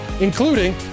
including